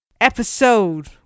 episode